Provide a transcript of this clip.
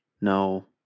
No